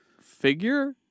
figure